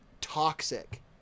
Toxic